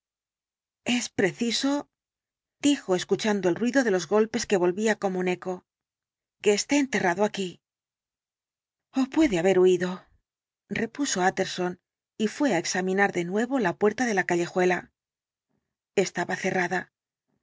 es preciso dijo escuchando el ruido de los golpes que volvía como un eco que esté enterrado aquí ó puede haber huido repuso utterson y fué á examinar de nuevo la puerta de la callejuela estaba cerrada